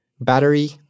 Battery